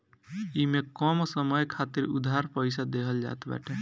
इमे कम समय खातिर उधार पईसा देहल जात बाटे